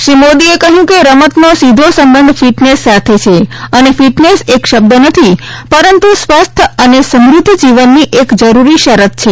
શ્રી મોદી એ કહ્યું કે રમતનો સીધો સંબંધ ફીટનેસ સાથે છે અને ફીટનેસ એક શબ્દ નથી પરંતુ સ્વસ્થ અને સમૃધ્ધ જીવનની એક જરૂરી શરત છે